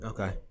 Okay